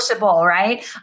right